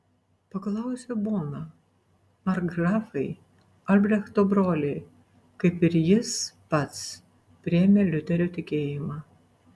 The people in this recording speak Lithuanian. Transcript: paklausė bona markgrafai albrechto broliai kaip ir jis pats priėmė liuterio tikėjimą